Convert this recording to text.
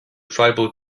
tribal